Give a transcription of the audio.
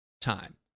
time